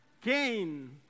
Cain